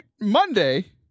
Monday